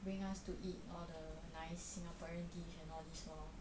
bring us to eat all the nice singaporean dish and all this lor